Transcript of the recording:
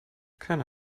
keine